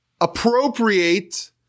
appropriate